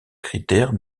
critères